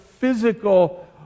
physical